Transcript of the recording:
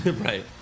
right